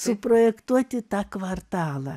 suprojektuoti tą kvartalą